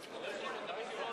נתקבלה.